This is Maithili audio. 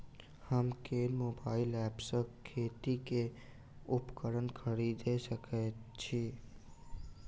हम केँ मोबाइल ऐप सँ खेती केँ उपकरण खरीदै सकैत छी?